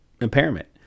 impairment